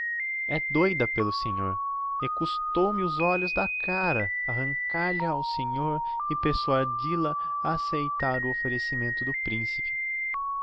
é doida pelo senhor e custou-me os olhos da cara arrancar lha ao senhor e persuadil a a acceitar o offerecimento do principe